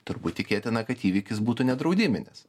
turbūt tikėtina kad įvykis būtų nedraudiminis